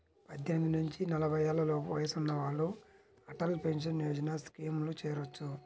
పద్దెనిమిది నుంచి నలభై ఏళ్లలోపు వయసున్న వాళ్ళు అటల్ పెన్షన్ యోజన స్కీమ్లో చేరొచ్చు